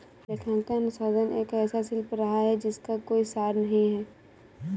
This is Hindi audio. लेखांकन अनुसंधान एक ऐसा शिल्प रहा है जिसका कोई सार नहीं हैं